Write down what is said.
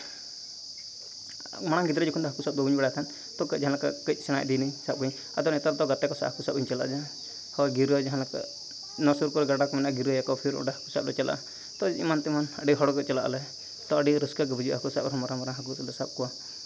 ᱢᱟᱲᱟᱝ ᱜᱤᱫᱽᱨᱟᱹ ᱡᱚᱠᱷᱮᱡ ᱫᱚ ᱦᱟᱹᱠᱩ ᱥᱟᱵ ᱫᱚ ᱵᱟᱹᱧ ᱵᱟᱲᱟᱭ ᱛᱟᱦᱮᱱ ᱛᱚ ᱠᱟᱡ ᱠᱟᱹᱡ ᱥᱮᱬᱟ ᱤᱫᱤᱱᱟᱹᱭᱧ ᱥᱟᱵ ᱠᱚᱣᱟᱹᱧ ᱟᱫᱚ ᱱᱮᱛᱟᱨ ᱫᱚ ᱜᱟᱛᱮ ᱠᱚ ᱥᱟᱶ ᱦᱟᱹᱠᱩ ᱥᱟᱵ ᱪᱟᱞᱟᱜ ᱟᱹᱧ ᱡᱟᱦᱟᱸ ᱦᱳᱭ ᱜᱤᱨᱟᱹ ᱡᱟᱦᱟᱸ ᱞᱮᱠᱟ ᱱᱚᱣᱟ ᱥᱩᱨ ᱠᱚᱨᱮᱜ ᱜᱟᱰᱟ ᱠᱚ ᱢᱮᱱᱟᱜᱼᱟ ᱜᱤᱨᱟᱹᱭᱟᱠᱚ ᱯᱷᱤᱨ ᱚᱸᱰᱮ ᱦᱟᱹᱠᱩ ᱥᱟᱵ ᱞᱮ ᱪᱟᱞᱟᱜᱼᱟ ᱛᱚ ᱮᱢᱟᱱ ᱛᱮᱭᱟᱜ ᱛᱚ ᱟᱹᱰᱤ ᱦᱚᱲ ᱜᱮ ᱪᱟᱞᱟᱜ ᱟᱞᱮ ᱛᱚ ᱟᱹᱰᱤ ᱨᱟᱹᱥᱠᱟᱹ ᱜᱮ ᱵᱩᱡᱷᱟᱹᱜᱼᱟ ᱦᱟᱹᱠᱩ ᱥᱟᱵ ᱟᱨ ᱢᱟᱨᱟᱝ ᱢᱟᱨᱟᱝ ᱦᱟᱹᱠᱩ ᱞᱮ ᱥᱟᱵ ᱠᱚᱣᱟ